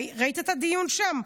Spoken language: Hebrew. ראית את הדיון שם?